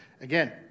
again